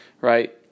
right